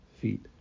feet